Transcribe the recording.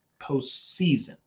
postseason